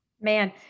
Man